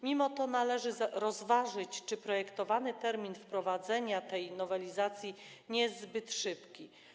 Mimo to należy rozważyć, czy projektowany termin wprowadzenia tej nowelizacji nie jest zbyt szybki.